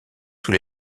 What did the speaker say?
sous